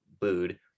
booed